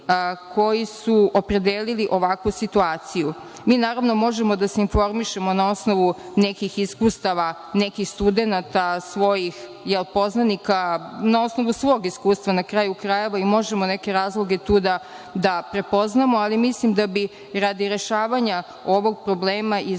koji su opredelili ovakvu situaciju? Naravno, mi možemo da se informišemo na osnovu nekih iskustava nekih studenata, svojih poznanika, na osnovu svog iskustva, na kraju krajeva, možemo neke razloge da prepoznamo, ali, mislim da bi, radi rešavanja ovog problema i izbegavanja